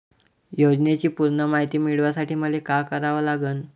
योजनेची पूर्ण मायती मिळवासाठी मले का करावं लागन?